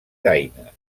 daines